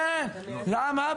כן, למה?